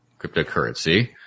cryptocurrency